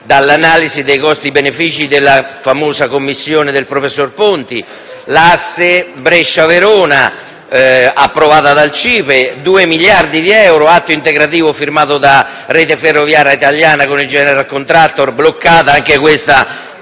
dall'analisi costi-benefici della famosa commissione del professor Ponti; l'asse Brescia-Verona, approvata dal CIPE, per 2 miliardi di euro, con atto integrativo firmato da Rete ferroviaria italiana con il g*eneral contractor*, bloccata anche questa